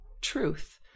truth